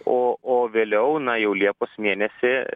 o o vėliau na jau liepos mėnesį